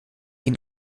ihn